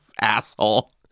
asshole